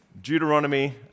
Deuteronomy